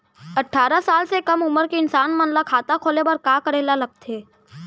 अट्ठारह साल से कम उमर के इंसान मन ला खाता खोले बर का करे ला लगथे?